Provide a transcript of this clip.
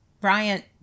Bryant